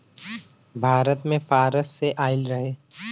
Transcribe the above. भारत मे फारस से आइल रहे